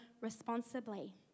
responsibly